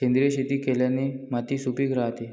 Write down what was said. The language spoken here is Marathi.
सेंद्रिय शेती केल्याने माती सुपीक राहते